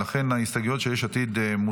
מסירה אותן, לכן ההסתייגויות של יש עתיד מוסרות,